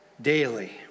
daily